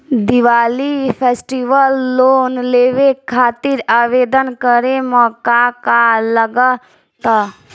Diwali festival loan लेवे खातिर आवेदन करे म का का लगा तऽ?